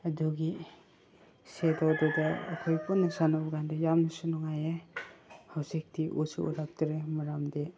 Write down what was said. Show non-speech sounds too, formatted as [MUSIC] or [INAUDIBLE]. ꯑꯗꯨꯒꯤ [UNINTELLIGIBLE] ꯑꯩꯈꯣꯏ ꯄꯨꯟꯅ ꯁꯥꯟꯅꯕ ꯀꯥꯟꯗ ꯌꯥꯝꯅꯁꯨ ꯅꯨꯡꯉꯥꯏꯌꯦ ꯍꯧꯖꯤꯛꯇꯤ ꯎꯁꯨ ꯎꯔꯛꯇ꯭ꯔꯦ ꯃꯔꯝꯗꯤ